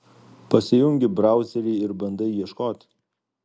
pasijungi brauserį ir bandai ieškoti